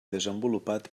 desenvolupat